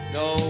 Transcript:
no